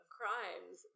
crimes